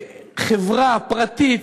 חברה פרטית,